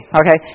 okay